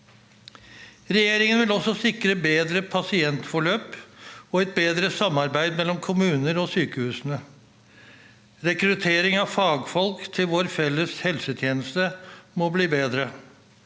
Regjeringen vil også sikre bedre pasientforløp og et bedre samarbeid mellom kommuner og sykehusene. Rekrutteringen av fagfolk til vår felles helsetjeneste må bli bedre.